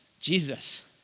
Jesus